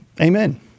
amen